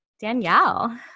Danielle